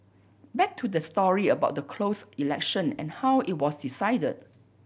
back to the story about the closed election and how it was decided